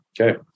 Okay